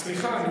סליחה.